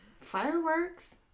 Fireworks